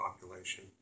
population